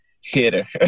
hitter